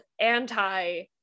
anti